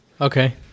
Okay